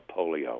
polio